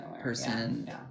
person